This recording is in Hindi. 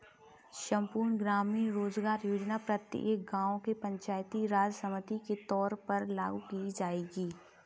संपूर्ण ग्रामीण रोजगार योजना प्रत्येक गांव के पंचायती राज समिति के तौर पर लागू की जाएगी